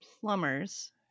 plumbers